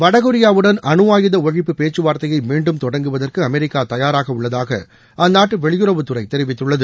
வடகொரியாவுடன் அணுஆயுத ஒழிப்பு பேச்சுவார்த்தையை மீண்டும் தொடங்குவதற்கு அமெரிக்கா தயாராக உள்ளதாக அந்நாட்டு வெளியுறவுத்துறை தெரிவித்துள்ளது